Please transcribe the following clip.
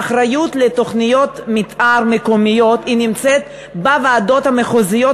האחריות לתוכניות מתאר מקומיות נמצאת בוועדות המחוזיות,